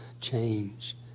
change